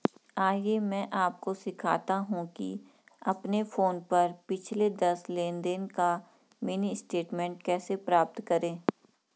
आइए मैं आपको सिखाता हूं कि अपने फोन पर पिछले दस लेनदेन का मिनी स्टेटमेंट कैसे प्राप्त करें